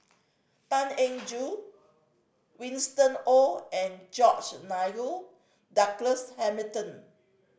Tan Eng Joo Winston Oh and George Nigel Douglas Hamilton